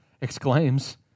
exclaims